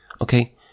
okay